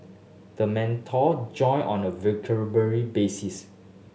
the mentor join on a basis